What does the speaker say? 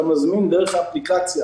אתה מזמין תרופות דרך האפליקציה,